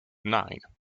nine